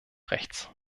rechts